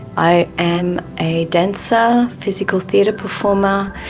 i am a dancer, physical theatre performer,